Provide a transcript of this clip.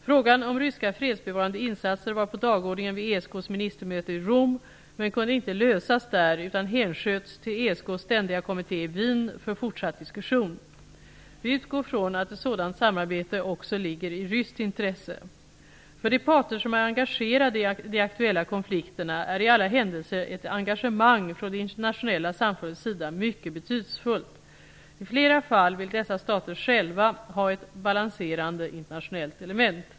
Frågan om ryska fredsbevarande insatser var på dagordningen vid ESK:s ministermöte i Rom men kunde inte lösas där utan hänsköts till ESK:s ständiga kommitté i Wien för fortsatt diskussion. Vi utgår från att ett sådant samarbete också ligger i ryskt intresse. För de parter som är engagerade i de aktuella konflikterna är i alla händelser ett engagemang från det internationella samfundets sida mycket betydelsefullt. I flera fall vill dessa stater själva ha ett balanserande internationellt element.